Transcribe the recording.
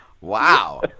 Wow